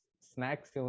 Snacks